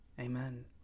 Amen